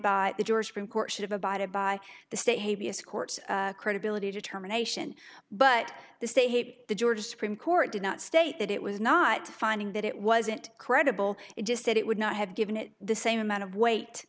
by the georgia supreme court should have abided by the state b s court credibility determination but the state the georgia supreme court did not state that it was not finding that it wasn't credible it just said it would not have given it the same amount of weight